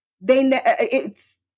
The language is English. they—it's